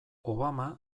obama